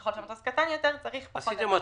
ואם המטוס קטן יותר צריך פחות